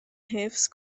حفظ